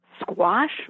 squash